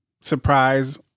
surprise